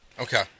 Okay